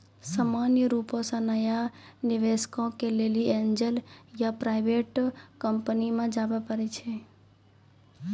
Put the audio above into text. सामान्य रुपो से नया निबेशको के लेली एंजल या प्राइवेट कंपनी मे जाबे परै छै